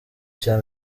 cya